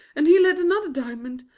and he led another diamond.